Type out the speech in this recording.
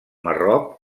marroc